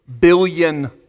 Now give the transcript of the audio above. billion